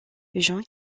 john